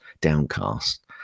Downcast